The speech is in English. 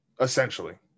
essentially